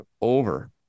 over